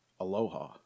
Aloha